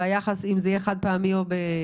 והיחס אם זה יהיה חד-פעמי או בחודשי?